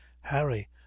harry